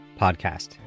podcast